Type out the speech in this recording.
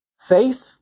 faith